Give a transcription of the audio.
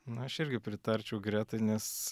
na aš irgi pritarčiau gretai nes